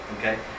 okay